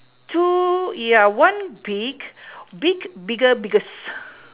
two yeah one big big bigger biggest